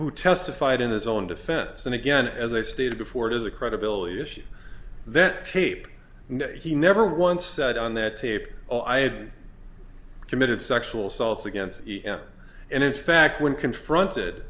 who testified in his own defense and again as i stated before it is a credibility issue that tape he never once said on that tape oh i had committed sexual assaults against her and in fact when confronted